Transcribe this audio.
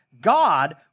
God